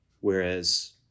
Whereas